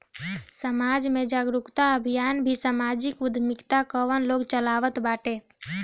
समाज में जागरूकता अभियान भी समाजिक उद्यमिता कअ लोग चलावत बाटे